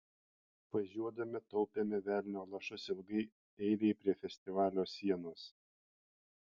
važiuodami taupėme velnio lašus ilgai eilei prie festivalio sienos